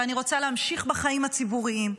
ואני רוצה להמשיך בחיים הציבוריים,